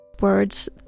Words